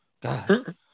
God